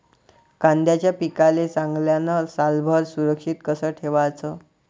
कांद्याच्या पिकाले चांगल्यानं सालभर सुरक्षित कस ठेवाचं?